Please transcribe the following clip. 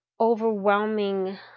overwhelming